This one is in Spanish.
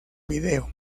vídeo